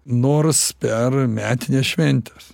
nors per metines šventes